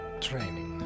training